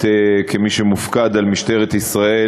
כמי שמופקד על משטרת ישראל,